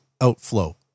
outflow